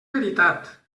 veritat